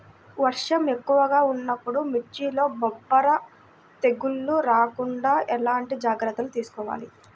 వర్షం ఎక్కువగా ఉన్నప్పుడు మిర్చిలో బొబ్బర తెగులు రాకుండా ఎలాంటి జాగ్రత్తలు తీసుకోవాలి?